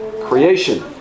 Creation